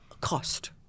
cost